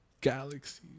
Galaxies